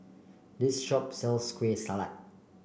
this shop sells Kueh Salat